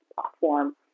platform